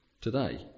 today